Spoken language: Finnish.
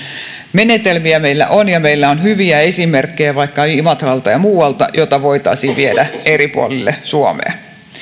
menetelmiä meillä on ja meillä on hyviä esimerkkejä vaikka imatralta ja muualta joita voitaisiin viedä eri puolille suomea